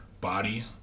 body